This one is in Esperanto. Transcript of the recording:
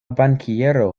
bankiero